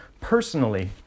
personally